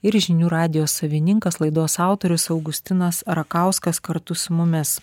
ir žinių radijo savininkas laidos autorius augustinas rakauskas kartu su mumis